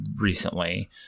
recently